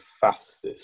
fastest